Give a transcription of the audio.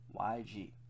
YG